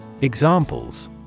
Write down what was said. Examples